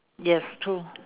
yes true